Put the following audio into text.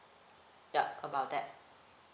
ya about that